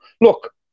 look